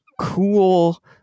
cool